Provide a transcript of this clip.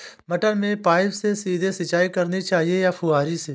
मटर में पाइप से सीधे सिंचाई करनी चाहिए या फुहरी से?